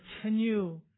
continue